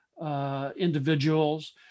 individuals